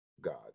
God